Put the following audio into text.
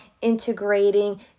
integrating